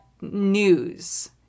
news